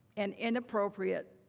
and inappropriate,